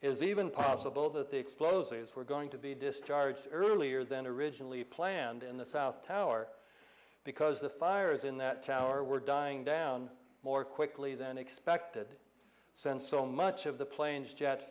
is even possible that the explosives were going to be discharged earlier than originally planned in the south tower because the fires in that tower were dying down more quickly than expected since so much of the planes jet